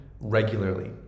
regularly